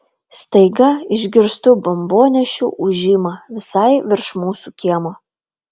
staiga išgirstu bombonešių ūžimą visai virš mūsų kiemo